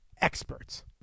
experts